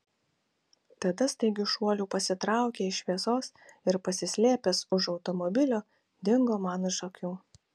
tada staigiu šuoliu pasitraukė iš šviesos ir pasislėpęs už automobilio dingo man iš akių